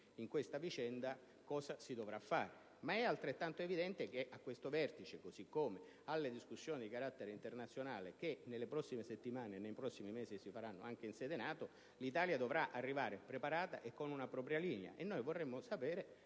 in questa vicenda, cosa si dovrà fare. Ma è altrettanto evidente che a questo vertice, così come alle discussioni di carattere internazionale che nelle prossime settimane e mesi si faranno anche in sede NATO, l'Italia dovrà arrivare preparata e con una propria linea. Noi vorremmo sapere